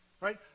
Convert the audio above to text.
Right